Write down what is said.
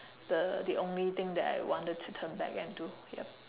the the only thing that I wanted to turn back and do ya